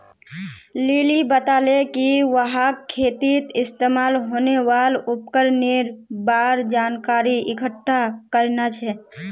lily बताले कि वहाक खेतीत इस्तमाल होने वाल उपकरनेर बार जानकारी इकट्ठा करना छ